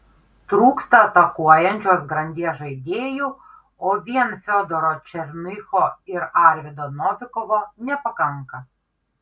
trūksta atakuojančios grandies žaidėjų o vien fiodoro černycho ir arvydo novikovo nepakanka